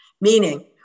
Meaning